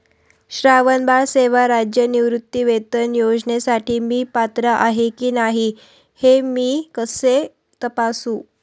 श्रावणबाळ सेवा राज्य निवृत्तीवेतन योजनेसाठी मी पात्र आहे की नाही हे मी कसे तपासू?